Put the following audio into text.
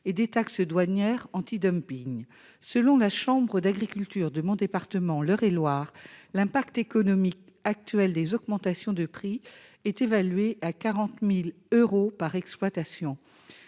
et des taxes douanières anti-dumping selon la Chambre d'agriculture de mon département, l'Eure-et-Loir, l'impact économique actuel des augmentations de prix est évalué à 40000 euros par exploitation,